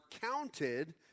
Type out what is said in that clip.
counted